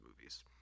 movies